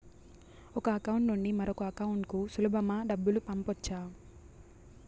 ఒక అకౌంట్ నుండి మరొక అకౌంట్ కు సులభమా డబ్బులు పంపొచ్చా